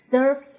Serve